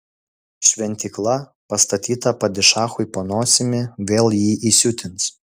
šventykla pastatyta padišachui po nosimi vėl jį įsiutins